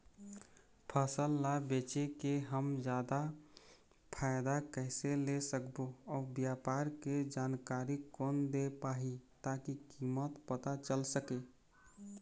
फसल ला बेचे के हम जादा फायदा कैसे ले सकबो अउ व्यापार के जानकारी कोन दे पाही ताकि कीमत पता चल सके?